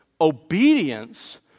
obedience